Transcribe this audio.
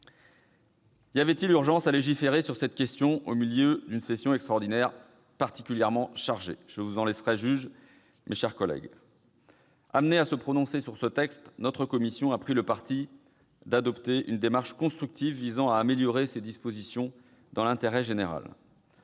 Y avait-il urgence à légiférer sur cette question au milieu d'une session extraordinaire particulièrement chargée ? Je vous en laisserai juges, mes chers collègues. Amenée à se prononcer sur ce texte, notre commission a pris le parti d'adopter une démarche constructive, visant à en améliorer les dispositions au nom de l'intérêt général.